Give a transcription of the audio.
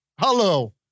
Hello